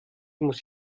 muss